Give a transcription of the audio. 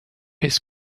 his